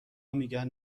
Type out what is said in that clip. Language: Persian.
میگن